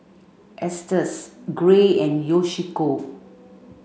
Estes Gray and Yoshiko